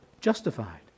justified